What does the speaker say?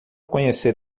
conhecer